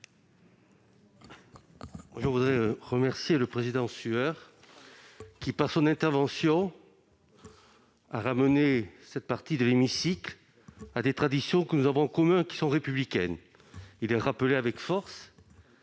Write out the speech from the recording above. Je voudrais remercier le président Sueur, qui, par son intervention, a ramené cette partie de l'hémicycle à des traditions que nous avons en commun et qui sont républicaines. Il l'a rappelé avec force,